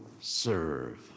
serve